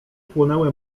płonęły